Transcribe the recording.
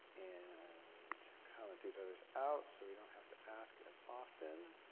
and comment these others out, so we don't have to ask as often.